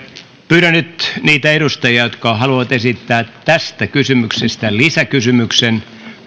pyydän nyt niitä edustajia jotka haluavat esittää tästä kysymyksestä lisäkysymyksen